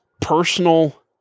personal